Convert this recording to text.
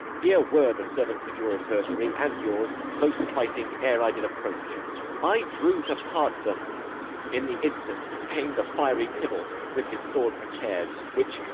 here were the servants of your adversary and yours, close fighting ere i did approach i drew to part them in the instant came the fiery tybalt, with his sword prepar'd which,